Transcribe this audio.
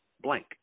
blank